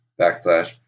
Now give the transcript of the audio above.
backslash